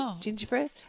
gingerbread